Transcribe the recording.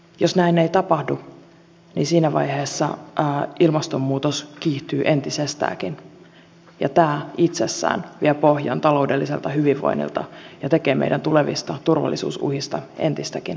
jos näin ei tapahdu niin siinä vaiheessa ilmastonmuutos kiihtyy entisestäänkin ja tämä itsessään vie pohjan taloudelliselta hyvinvoinnilta ja tekee meidän tulevista turvallisuusuhista entistäkin arvaamattomampia